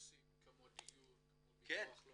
נושאים כמו דיור, כמו ביטוח רלבנטי?